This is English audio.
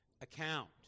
account